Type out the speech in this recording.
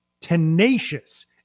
tenacious